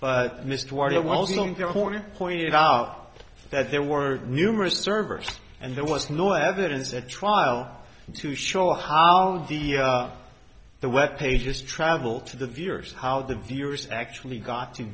corner pointed out that there were numerous servers and there was no evidence at trial to show how did the web pages travel to the viewers how the viewers actually got to